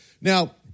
Now